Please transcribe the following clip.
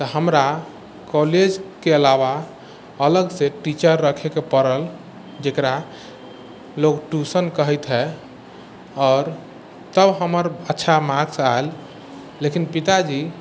तऽ हमरा कॉलेजके अलावा अलगसँ टीचर रखैके पड़ल जकरा लोक ट्यूशन कहैत हइ आओर तब हमर अच्छा मार्क्स आएल लेकिन पिताजी